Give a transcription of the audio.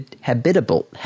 habitable